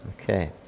Okay